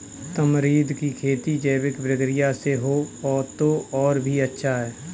tamarind की खेती जैविक प्रक्रिया से हो तो और भी अच्छा